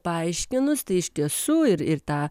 paaiškinus tai iš tiesų ir ir tą